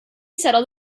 settled